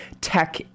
tech